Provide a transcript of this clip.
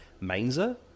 Mainzer